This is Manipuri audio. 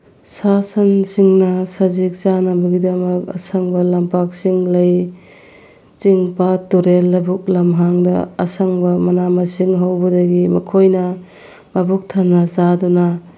ꯁꯥ ꯁꯟꯁꯤꯡꯅ ꯁꯖꯤꯛ ꯆꯥꯅꯕꯒꯤꯗꯃꯛ ꯑꯁꯪꯕ ꯂꯝꯄꯥꯛꯁꯤꯡ ꯂꯩ ꯆꯤꯡ ꯄꯥꯠ ꯇꯨꯔꯦꯟ ꯂꯕꯨꯛ ꯂꯝꯍꯥꯡꯗ ꯑꯁꯪꯕ ꯃꯅꯥ ꯃꯁꯤꯡ ꯍꯧꯕꯗꯒꯤ ꯃꯈꯣꯏꯅ ꯃꯕꯨꯛ ꯊꯟꯅ ꯆꯥꯗꯨꯅ